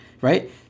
right